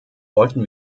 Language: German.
wollten